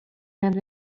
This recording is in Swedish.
med